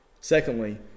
Secondly